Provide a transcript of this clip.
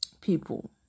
people